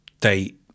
date